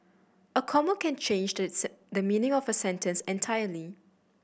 a comma can change the the meaning of a sentence entirely